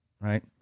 Right